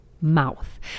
mouth